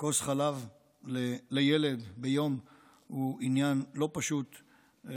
כוס חלב לילד ביום היא עניין לא פשוט,